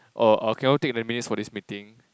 or err can you take the minutes for this meeting